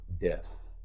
death